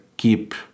keep